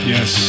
Yes